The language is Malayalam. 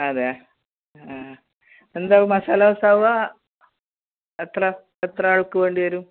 അതെ ആ എന്താണ് മസാല ദോശയോ എത്ര എത്രയാൾക്ക് വേണ്ടി വരും